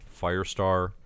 Firestar